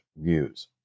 views